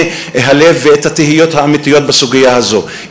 הלב ואת התהיות האמיתיות בסוגיה הזאת,